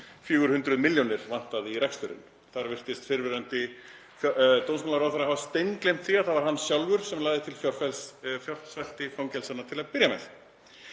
400 milljónir vantaði í reksturinn. Þar virtist fyrrverandi dómsmálaráðherra hafa steingleymt því að það var hann sjálfur sem lagði til fjársvelti fangelsanna til að byrja með.